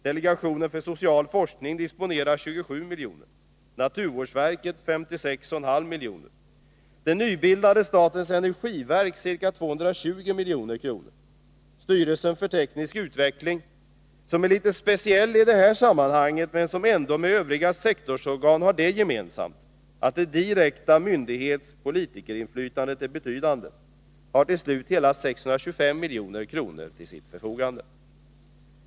Delegationen för social forskning disponerar ca 27 milj.kr., naturvårdsverket 56,5 milj.kr. och det nybildade statens energiverk ca 220 milj.kr. Styrelsen för teknisk utveckling — som är litet speciell i detta sammanhang, men som ändå med övriga sektorsorgan har det gemensamt att det direkta myndighetsoch politikerinflytandet är betydande — har till slut hela 625 milj.kr. till sitt förfogande.